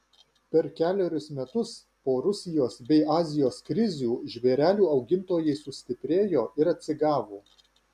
per kelerius metus po rusijos bei azijos krizių žvėrelių augintojai sustiprėjo ir atsigavo